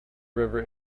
river